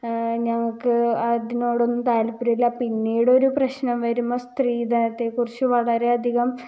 ഞങ്ങൾക്ക് അതിനോടൊന്നും താൽപ്പര്യമില്ല പിന്നീടൊരു പ്രശ്നം വരുമ്പോൾ സ്ത്രീധനത്തെ കുറിച്ച് വളരെ അധികം